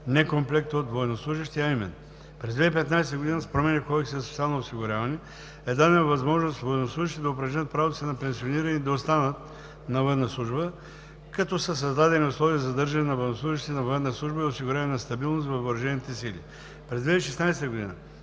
некомплекта от военнослужещи, а именно: през 2015 г. с промените в Кодекса за социално осигуряване е дадена възможност военнослужещите да упражнят правото си на пенсиониране и да останат на военна служба, като са създадени условия за задържане на военнослужещите на военна служба и осигуряване на стабилност във въоръжените сили; през 2016 г.